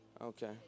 Okay